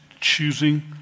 choosing